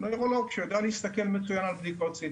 שיודע להסתכל מצוין על בדיקות CT